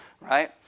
right